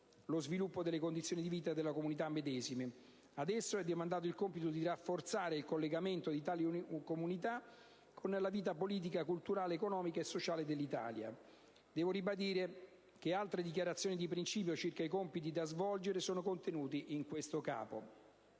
lo sviluppo delle condizioni di vita delle comunità" medesime. Ad esso è demandato il compito di "rafforzare il collegamento di tali comunità con la vita politica, culturale, economica e sociale dell'Italia". Devo ribadire che altre dichiarazioni dì principio circa i compiti da svolgere sono contenute in questo Capo.